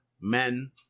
men